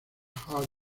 hard